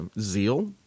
zeal